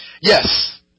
Yes